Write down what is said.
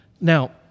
Now